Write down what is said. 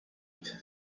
deep